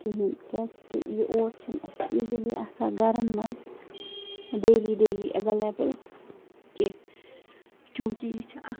کِہیٖنۍ کیٛازکہِ یہِ اوٹ چھُنہٕ اَسہِ ایٖزِلی آسان گَرَن منٛز ڈیلی ڈیلی اٮ۪وٮ۪لیبٕل کیٚنٛہہ چوٗنٛکہِ یہِ چھِ اَکھ